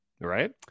Right